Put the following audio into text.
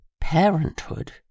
Parenthood